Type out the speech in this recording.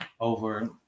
over